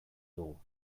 dugu